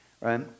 right